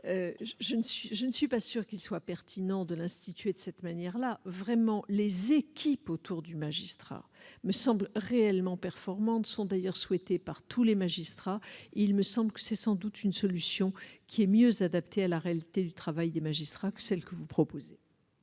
je ne suis pas sûre qu'il soit pertinent d'instituer un tutorat de cette manière. Les équipes autour du magistrat me semblent réellement performantes et sont d'ailleurs souhaitées par tous les magistrats. Il s'agit d'une solution qui est mieux adaptée à la réalité du travail des magistrats que celle que vous proposez.